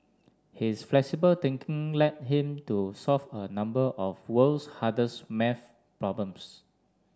his flexible thinking led him to solve a number of world's hardest maths problems